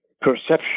perception